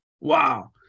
Wow